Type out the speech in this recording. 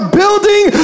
building